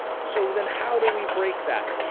so, then how do we break that?